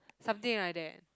something like that